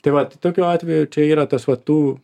tai vat tokiu atveju čia yra tas va tų